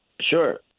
Sure